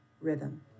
rhythm